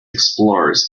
explorers